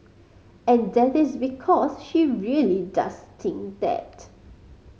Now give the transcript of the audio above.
and that is because she really does think that